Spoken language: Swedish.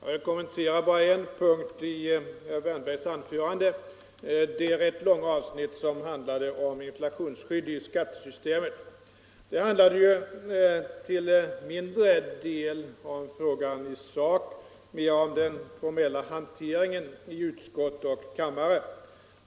Herr talman! Jag vill kommentera bara en punkt i herr Wärnbergs anförande, nämligen det rätt långa avsnitt som rörde inflationsskydd i skattesystemet. Det handlade till en mindre del om frågan i sak och mera om den formella hanteringen i utskott och kammare.